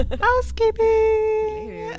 housekeeping